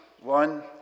One